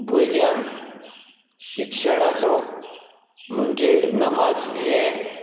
भुरग्यांक शिक्षणाचो म्हणजे नमाज हे